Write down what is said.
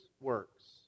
works